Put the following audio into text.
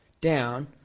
down